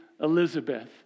Elizabeth